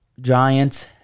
Giants